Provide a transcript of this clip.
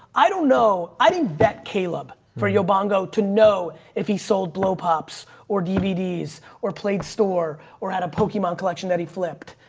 i don't know. i didn't bet caleb for your bongo to know if he sold blow pops or dvds or played store or had a pokemon collection that he flipped.